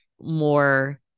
more